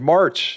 March